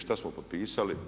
Što smo potpisali?